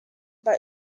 but